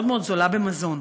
מאוד מאוד זולה במזון.